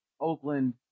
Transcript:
Oakland